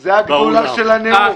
זה הגדולה של הנאום.